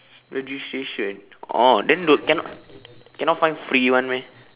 registration oh then don't cannot cannot find free one meh